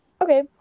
Okay